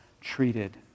treated